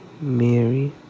Mary